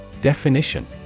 Definition